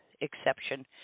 exception